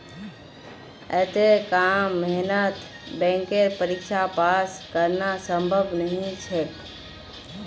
अत्ते कम मेहनतत बैंकेर परीक्षा पास करना संभव नई छोक